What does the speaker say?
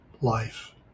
life